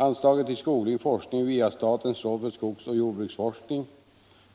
Anslaget till skoglig forskning via statens råd för skogsoch jordbruksforskning